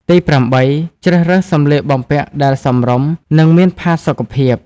ទីប្រាំបី ជ្រើសរើសសំលៀកបំពាក់ដែលសមរម្យ និងមានផាសុកភាព។